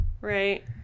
Right